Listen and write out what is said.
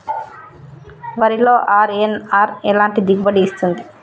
వరిలో అర్.ఎన్.ఆర్ ఎలాంటి దిగుబడి ఇస్తుంది?